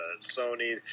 Sony